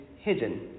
hidden